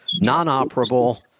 non-operable